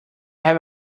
have